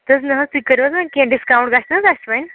تہِ حظ نَہ حظ تُہۍ کٔرِو حظ وۅنۍ کیٚنٛہہ ڈِسکاوُنٛٹ گژھِ نا حظ اَسہِ وۅنۍ